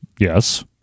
yes